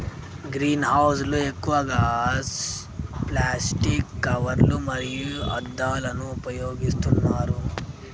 green house లు ఎక్కువగా plastic కవర్లు మరియు అద్దాలను ఉపయోగిస్తున్నారు